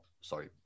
Sorry